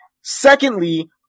Secondly